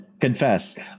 Confess